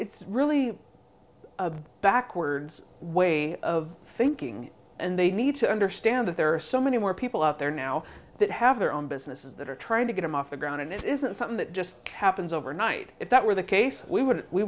it's really backwards way of thinking and they need to understand that there are so many more people out there now that have their own businesses that are trying to get him off the ground and it isn't something that just happens overnight if that were the case we would